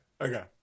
okay